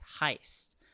heist